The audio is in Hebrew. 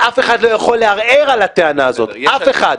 ואף אחד לא יכול לערער על הטענה הזאת, אף אחד.